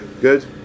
Good